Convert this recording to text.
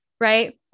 right